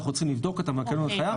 אנחנו צריכים לבדוק אותם ונתנו לנו הנחייה.